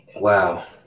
Wow